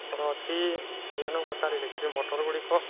ଆମର ଅଛି ବିଭିନ୍ନପ୍ରକାର ଇଲେକ୍ଟ୍ରି ମଟର୍ଗୁଡ଼ିକ